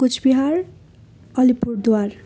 Cooch Behar Alipurduar